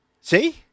See